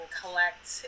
collect